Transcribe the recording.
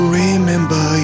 remember